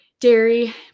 dairy